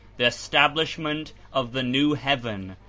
the estab lishment of the new heaven,